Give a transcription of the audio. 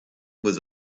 was